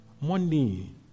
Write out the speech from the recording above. money